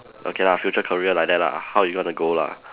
okay lah future career like that lah how you gonna go lah